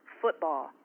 football